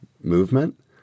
movement